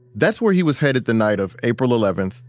that's where he was headed the night of april eleven,